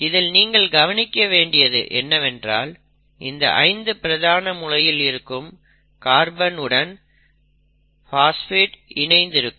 இதில் நீங்கள் கவனிக்க வேண்டியது என்னவென்றால் இந்த 5 பிரதான முனையில் இருக்கும் கார்பன் உடன் பாஸ்பேட் இணைந்து இருக்கும்